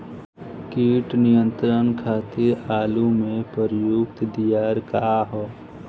कीट नियंत्रण खातिर आलू में प्रयुक्त दियार का ह?